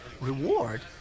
Reward